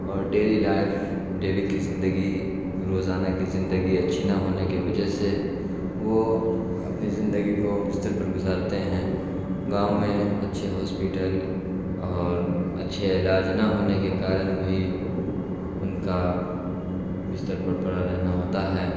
اور daily life daily کی زندگی روزانہ کی زندگی اچھی نہ ہونے کے وجہ سے وہ اپنی زندگی کو بستر پر گزارتے ہیں گاؤں میں اچھے ہاسپیٹل اور اچھے علاج نہ ہونے کے کارن بھی ان کا بستر پر پڑا رہنا ہوتا ہے